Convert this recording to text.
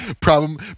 Problem